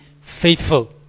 faithful